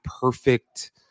perfect